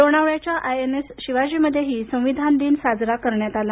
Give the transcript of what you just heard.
लोणावळ्याच्या I N S शिवाजीमध्येही संविधान दिन साजरा करण्यात आला